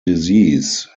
disease